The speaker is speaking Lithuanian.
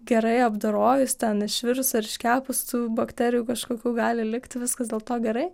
gerai apdorojus ten išvirus ar iškepus tų bakterijų kažkokių gali likti viskas dėl to gerai